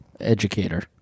educator